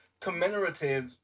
commemorative